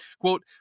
Quote